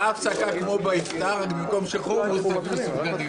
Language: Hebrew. הפסקה, כמו באפטאר, במקום חומוס יביאו סופגניות.